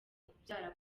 kubyara